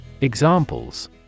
Examples